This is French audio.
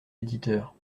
éditeur